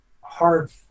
hard